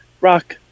Rock